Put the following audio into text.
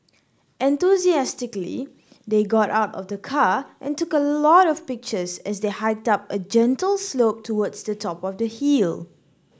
enthusiastically they got out of the car and took a lot of pictures as they hiked up a gentle slope towards the top of the hill